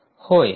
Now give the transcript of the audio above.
विद्यार्थी होय